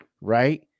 right